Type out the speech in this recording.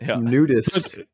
Nudist